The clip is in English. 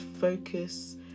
focus